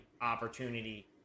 opportunity